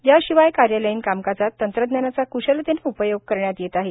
याशिवाय कार्यालयीन कामकाजात तंत्रज्ञानाचा क्शलतेने उपयोग करण्यात येत आहे